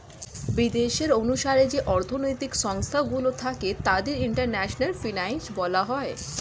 বিদেশের অনুসারে যে অর্থনৈতিক সংস্থা গুলো থাকে তাদের ইন্টারন্যাশনাল ফিনান্স বলা হয়